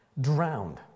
drowned